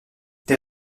des